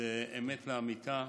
זו אמת לאמיתה,